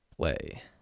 play